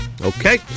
Okay